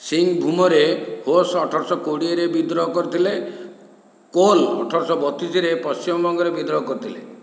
ସିଂଭୂମରେ ହୋସ୍ ଅଠରଶହ କୋଡ଼ିଏରେ ବିଦ୍ରୋହ କରିଥିଲେ କୋଲ୍ ଅଠରଶହ ବତିଶରେ ପଶ୍ଚିମବଙ୍ଗରେ ବିଦ୍ରୋହ କରିଥିଲେ